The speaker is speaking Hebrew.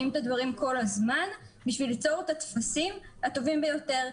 את הדברים כל הזמן בשביל ליצור את הטפסים הטובים ביותר.